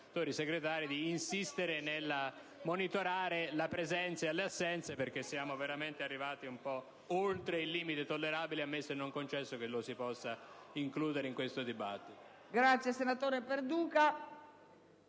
Grazie, senatore Perduca,